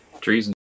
trees